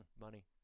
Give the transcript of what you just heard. money